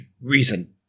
reason